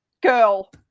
girl